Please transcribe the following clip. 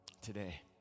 today